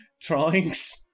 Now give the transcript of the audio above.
drawings